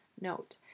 Note